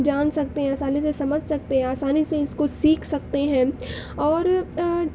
جان سکتے ہیں آسانی سے سمجھ سکتے ہیں آسانی سے اس کو سیکھ سکتے ہیں اور